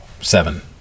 seven